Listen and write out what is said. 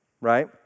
right